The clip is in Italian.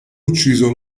ucciso